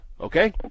Okay